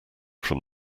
from